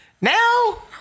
Now